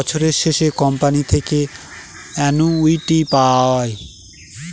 বছরের শেষে কোম্পানি থেকে অ্যানুইটি পায়